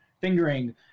fingering –